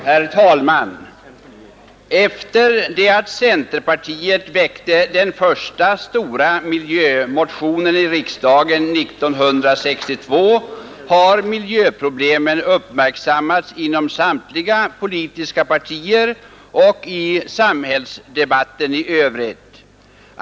Herr talman! Efter det att centerpartiet väckte den första stora miljömotionen i riksdagen 1962 har miljöproblemen uppmärksammats inom samtliga politiska partier och i samhällsdebatten i övrigt.